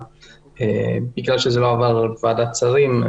בגלל שזה לא עבר ועדת השרים,